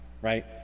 right